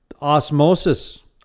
osmosis